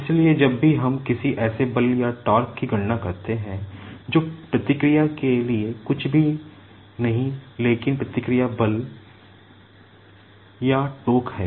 इसलिए जब भी हम किसी ऐसे बल या टॉर्क की गणना करते हैं जो प्रतिक्रिया के लिए कुछ भी नह लेकिन प्रतिक्रिया बल टोक़ हैं